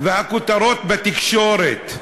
והכותרות בתקשורת,